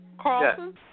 Carlson